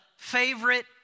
favorite